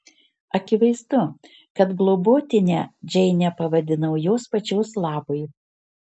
akivaizdu kad globotine džeinę pavadinau jos pačios labui